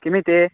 किमिति